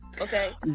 Okay